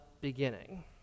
beginning